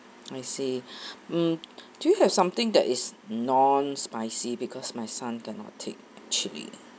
I see mm do you have something that is non spicy because my son cannot take chilli